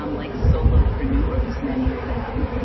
um like solopreneurs many of them.